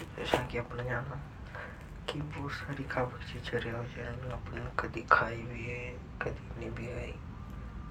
जैसा कि आपने जाना कि बहुत सारी खाबा की चीज़े रेवे जैसा कि आपने कदी खाई भी है कदी नहीं भी आई।